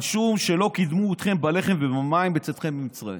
על שום שלא קידמו אתכם בלחם ובמים בצאתכם ממצרים.